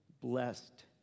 blessed